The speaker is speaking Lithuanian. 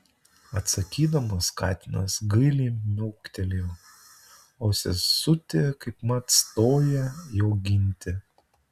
atsakydamas katinas gailiai miaukteli o sesutė kaipmat stoja jo ginti